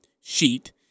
sheet